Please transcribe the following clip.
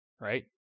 right